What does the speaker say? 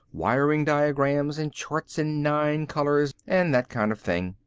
wiring diagrams and charts in nine colors and that kind of thing.